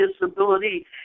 disability